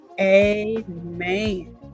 amen